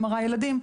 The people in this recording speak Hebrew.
ל-MRI ילדים,